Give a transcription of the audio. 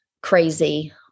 crazy